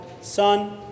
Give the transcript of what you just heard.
Son